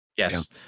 Yes